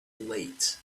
late